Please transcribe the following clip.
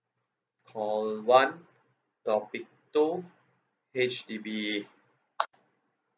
call one topic two H_D_B